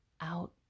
out